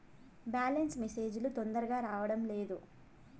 Balance message లు తొందరగా రావడం లేదు?